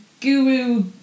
guru